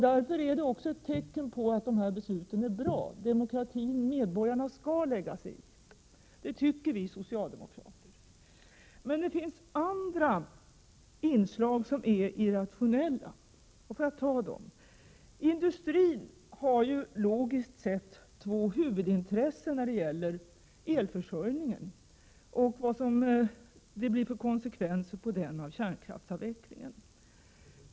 Det är också ett tecken på att dessa beslut är bra. Medborgarna skall lägga sig i, det tycker vi socialdemokrater. Men det finns andra inslag som är irrationella. Industrin har logiskt sett två huvudintressen när det gäller elförsörjningen och konsekvenserna för elförsörjningen av kärnkraftsavvecklingen.